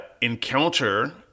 encounter